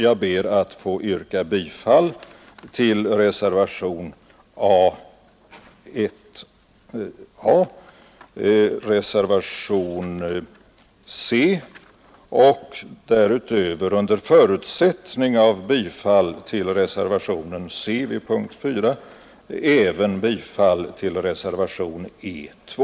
Jag ber att få yrka bifall till reservationerna A 1 a och C och därutöver, under förutsättning av bifall till reservationen C vid punkten 4, även till reservationen E 2.